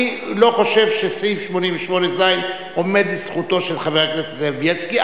אני לא חושב שסעיף 88(ז) עומד לזכותו של חבר הכנסת זאב בילסקי,